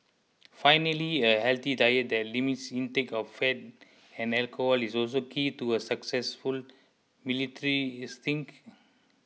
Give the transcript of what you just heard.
finally a healthy diet that limits intake of fat and alcohol is also key to a successful military stint